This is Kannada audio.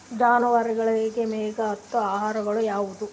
ಜಾನವಾರಗೊಳಿಗಿ ಮೈಗ್ ಹತ್ತ ಆಹಾರ ಯಾವುದು?